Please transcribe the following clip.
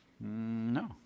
No